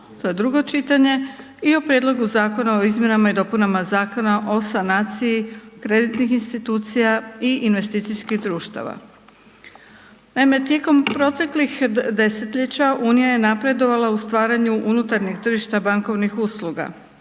to je drugo čitanje i o Prijedlogu zakona o izmjenama i dopunama Zakona o sanaciji kreditnih institucija i investicijskih društava. Naime, tijekom proteklih desetljeća unija je napredovala u stvaranju unutarnjeg tržišta bankovnih usluga,